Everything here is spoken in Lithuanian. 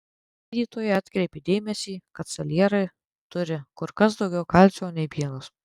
gydytoja atkreipė dėmesį kad salierai turi kur kas daugiau kalcio nei pienas